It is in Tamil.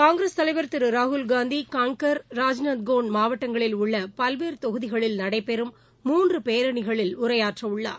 காங்கிரஸ் தலைவர் திருராகுல்காந்தி காங்கர் ராஜ்நந்கோன் மாவட்டங்களில் உள்ளபல்வேறுதொகுதிகளில் நடைபெறும் மூன்றுபேரணிகளில் உரையாற்றவுள்ளார்